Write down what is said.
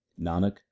nanak